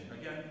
Again